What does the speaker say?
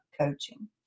Coaching